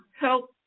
help